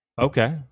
Okay